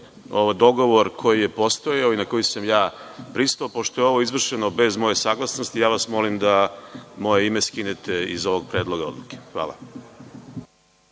na dogovor koji je postojao i na koji sam ja pristao. Pošto je ovo izvršeno bez moje saglasnosti, ja vas molim da moje ime skinete iz ovoga predloga odluke. Hvala.